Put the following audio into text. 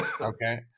Okay